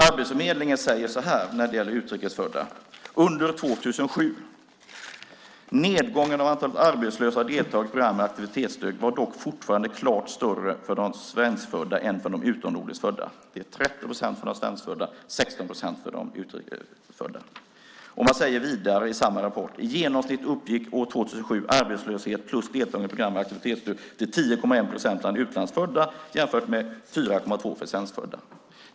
Arbetsförmedlingen säger så här om 2007 när det gäller utrikesfödda: "Nedgången av antalet arbetslösa och deltagare i program med aktivitetsstöd var dock fortfarande klart större för de svenskfödda än för de utomnordiskt födda ." Man säger vidare i samma rapport: "I genomsnitt uppgick år 2007 arbetslöshet plus deltagandet i program med aktivitetsstöd till 10,1 procent för utlandsfödda . jämfört med 4,2 för de svenskfödda."